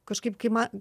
kažkaip kai man